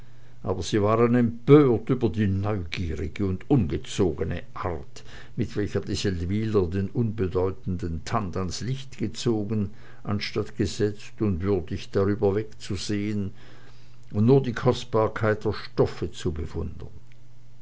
aber sie waren empört über die neugierige und ungezogene art mit welcher die seldwyler den unbedeutenden tand ans licht zogen anstatt gesetzt und würdig darüber wegzusehen und nur die kostbarkeit der stoffe zu bewundern